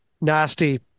nasty